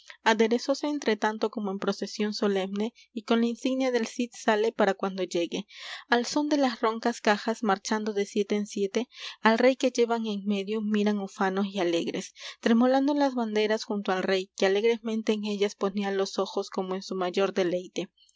aderezóse entre tanto como en procesión solemne y con la insignia del cid sale para cuando llegue al són de las roncas cajas marchando de siete en siete al rey que llevan en medio miran ufanos y alegres tremolando las banderas junto al rey que alegremente en ellas ponía los ojos como en su mayor deleite